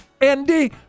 Andy